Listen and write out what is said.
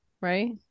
right